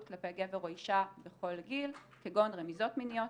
כלפי גבר או אישה בכל גיל כגון רמיזות מיניות,